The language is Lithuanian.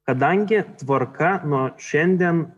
kadangi tvarka nuo šiandien